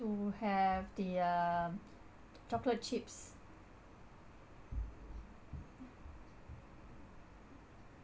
to have the uh chocolate chips